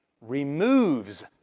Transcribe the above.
removes